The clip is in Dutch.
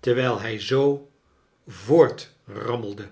terwijl hij zoo voortrammelde